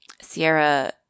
Sierra